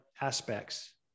aspects